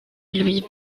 lui